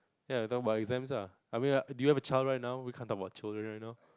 ya talk about exam lah I mean like do you have a child right now we can't talk about children right now